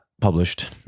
Published